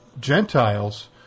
Gentiles